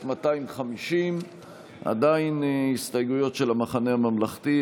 250. עדיין הסתייגויות של המחנה הממלכתי.